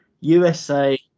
USA